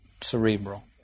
cerebral